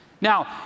Now